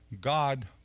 God